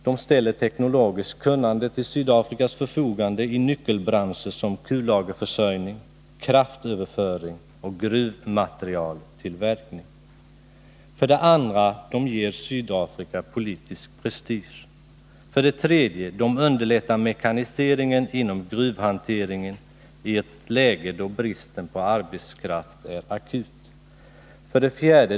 De ställer teknologiskt kunnande till Sydafrikas förfogande i nyckelbranscher som kullagerförsörjning, kraftöverföring och gruvmaterialtillverkning. 2. De ger Sydafrika politisk prestige. 3. De underlättar mekaniseringen inom gruvhanteringen i ett läge då bristen på arbetskraften är akut. 4.